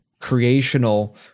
creational